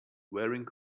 wearing